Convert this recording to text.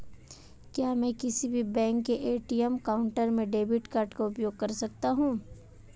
क्या मैं किसी भी बैंक के ए.टी.एम काउंटर में डेबिट कार्ड का उपयोग कर सकता हूं?